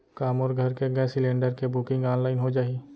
का मोर घर के गैस सिलेंडर के बुकिंग ऑनलाइन हो जाही?